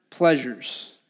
pleasures